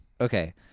Okay